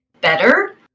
better